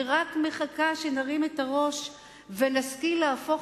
היא רק מחכה שנרים את הראש ונשכיל להפוך